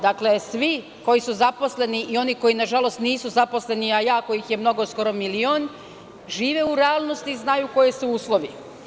Dakle, svi koji su zaposleni i oni koji, nažalost, nisu zaposleni, a mnogo ih je mnogo, skoro milion, žive u realnosti, znaju koji su uslovi.